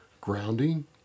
grounding